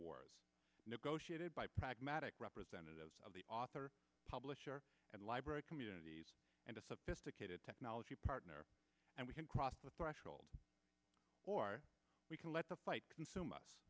wars negotiated by pragmatic representatives of the author publisher and library communities and a sophisticated technology partner and we can cross the threshold or we can let the fight consume us